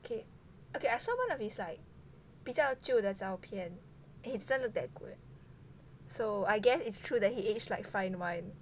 okay okay I saw one of his like 比较旧的照片 and he doesn't look that good so I guess it's true that he age like fine wine